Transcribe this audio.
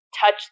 touch